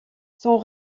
son